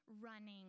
running